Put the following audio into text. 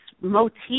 motif